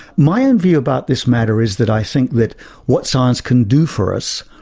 my on view about this matter is that i think that what science can do for us,